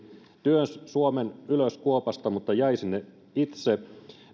suomen ylös kuopasta mutta jäivät sinne itse